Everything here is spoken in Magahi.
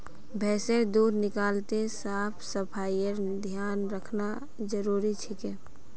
भैंसेर दूध निकलाते साफ सफाईर ध्यान रखना जरूरी छिके